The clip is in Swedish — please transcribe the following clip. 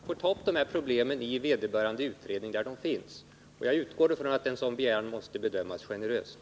Herr talman! Som framgår av mitt svar anser jag att man får ta upp dessa problem i de utredningar där de uppkommer. Jag utgår ifrån att en sådan begäran måste bedömas generöst.